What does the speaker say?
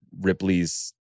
Ripley's